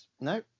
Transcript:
no